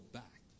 back